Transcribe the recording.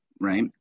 right